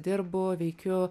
dirbu veikiu